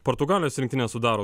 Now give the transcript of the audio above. portugalijos rinktinę sudaro